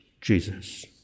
Jesus